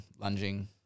Lunging